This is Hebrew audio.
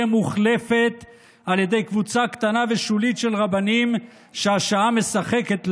מוחלפת על ידי קבוצה קטנה ושולית של רבנים שהשעה משחקת לה,